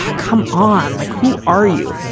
come on, like, who are you?